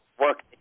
work